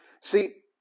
See